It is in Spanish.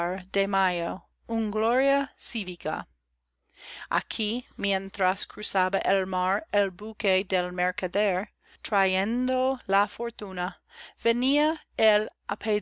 gloria cívica aquí mientras cruzaba el mar el buque del mercader trayendo la fortuna venía él